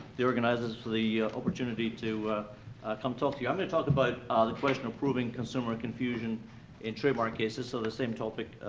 the organizers, for the opportunity to come talk to you. i'm gonna talk about but ah the question of proving consumer confusion in trademark cases, so the same topic,